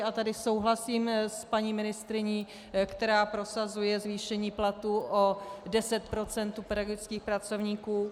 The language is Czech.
A tady souhlasím s paní ministryní, která prosazuje zvýšení platů o 10 % u pedagogických pracovníků.